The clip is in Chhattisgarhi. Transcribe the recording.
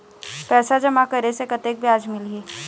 पैसा जमा करे से कतेक ब्याज मिलही?